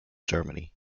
germany